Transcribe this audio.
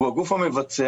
הוא הגוף המבצע,